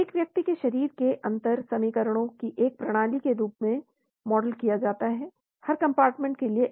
एक व्यक्ति के शरीर को अंतर समीकरणों की एक प्रणाली के रूप में मॉडल किया जाता है हर कंपार्टमेंट के लिए एक